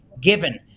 given